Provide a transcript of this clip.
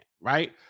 right